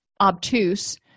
obtuse